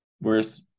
worth